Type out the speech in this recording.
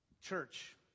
church